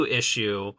issue